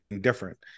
different